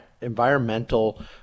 environmental